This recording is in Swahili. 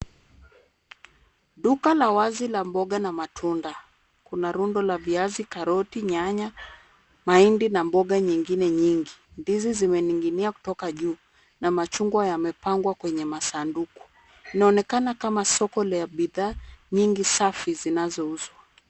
Duka la wazi la mboga na matunda. Kuna rundo la viazi, karoti, nyanya, mahindi na mboga nyingine nyingi. Ndizi zimening'inia kutoka juu na machungwa yamepangwa kwenye masanduku. Inaonekana kama soko la bidhaa nyingi safi zinazouzwa.